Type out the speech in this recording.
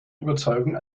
überzeugung